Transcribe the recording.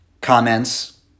comments